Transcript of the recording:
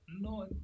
No